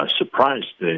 surprised